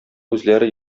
үзләре